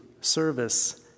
service